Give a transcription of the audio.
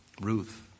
Ruth